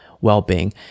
well-being